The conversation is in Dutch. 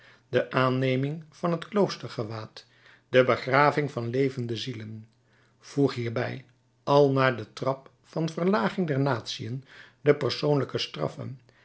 de aanneming van het kloostergewaad de begraving van levende zielen voeg hierbij al naar den trap van verlaging der natiën de persoonlijke straffen